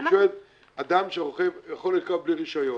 אדם יכול לרכב בלי רשיון,